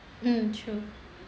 mm